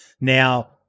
Now